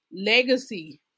legacy